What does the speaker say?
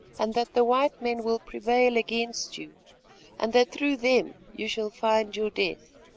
and that the white men will prevail against you and that through them you shall find your death.